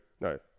No